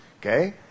okay